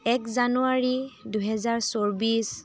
এক জানুৱাৰী দুহেজাৰ চৌব্বিছ